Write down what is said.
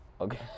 okay